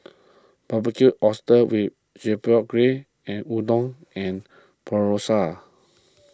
Barbecued Oysters with Chipotle Glaze and Udon and